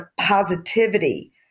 positivity